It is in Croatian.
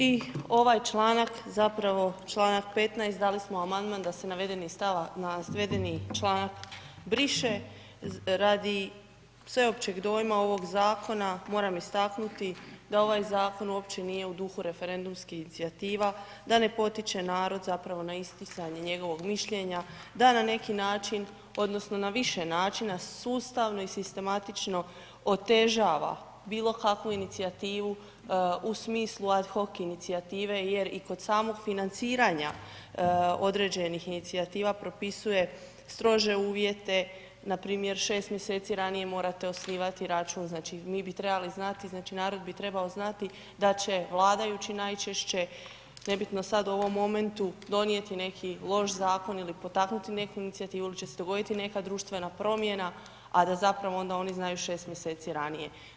I ovaj članak, zapravo članak 15. dali smo amandman da se navedeni stavak, da se navedeni članak briše radi sveopćeg dojma ovog zakona moram istaknuti da ovaj zakon uopće nije u duhu referendumskih inicijativa, da ne potiče narod zapravo na isticanje njegovog mišljenja, da na neki način odnosno na više načina sustavno i sistematično otežava bilo kakvu inicijativu u smislu ad hoc inicijative jer i kod samog financiranja određenih inicijativa propisuje strože uvjete npr. 6 mjeseci ranije morate osnivati račun, znači mi trebali znati znači narod bi trebao znati da će vladajući najčešće nebitno sad u ovom momentu, donijeti neki loš zakon ili potaknuti neku inicijativu ili će se dogoditi neka društvena promjena, a da zapravo onda oni znaju 6 mjeseci ranije.